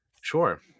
Sure